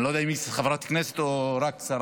אני לא יודע אם היא חברת הכנסת או רק שרה,